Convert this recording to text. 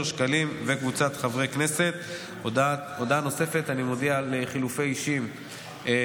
2. הצעת החוק איסור פרסומת והגבלת השיווק של מוצרי טבק ועישון (תיקון,